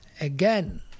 again